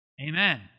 Amen